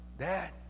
Dad